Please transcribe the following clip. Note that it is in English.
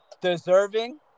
deserving